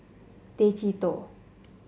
Tay Chee Toh